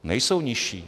Nejsou nižší.